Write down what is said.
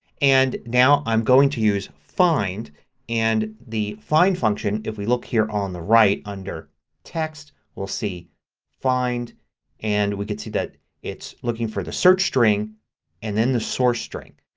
and now i'm going to use find and the find function if we look here on the right under text we'll see find and we can see that it's looking for the search-string and then the source-string.